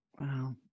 Wow